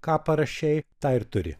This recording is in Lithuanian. ką parašei tą ir turi